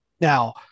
Now